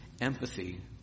empathy